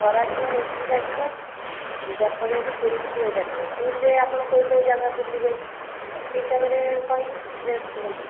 ଖରାଦିନ ଏସି ଲାଗିବ ଜଟଣୀରୁ ପୁରୀକୁ ଦୁଇ ହଜାର ଟଙ୍କା ପୁରୀରେ ଆପଣ କେଉଁ କେଉଁ ଜାଗା ବୁଲିବେ ସେଇ ହିସାବରେ କହିବି ରେଟ୍ କୁହନ୍ତୁ